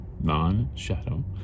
Non-shadow